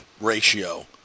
ratio